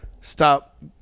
stop